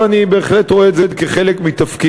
ואני בהחלט רואה את זה כחלק מתפקידי,